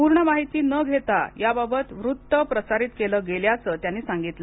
पूर्ण माहिती न घेता याबाबत वृत्त प्रसारीत केलं गेल्याचं त्यांनी सांगितलं